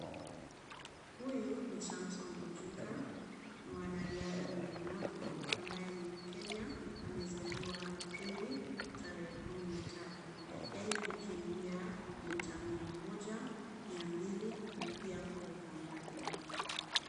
Huyu ni Samson Ojuka, mwanariadha mlemavu ambaye ni mkenya amezaliwa April tarehe kumi na tatu. Yeye hukimbia mita 100, 200 na pia kuruka mbali.